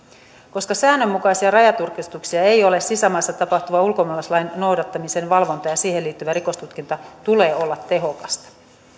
koska säännönmukaisia rajatarkastuksia ei ole sisämaassa tapahtuvan ulkomaalaislain noudattamisen valvonnan ja siihen liittyvän rikostutkinnan tulee olla tehokasta